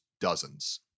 dozens